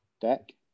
Deck